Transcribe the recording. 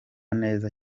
neza